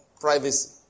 privacy